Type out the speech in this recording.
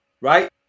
Right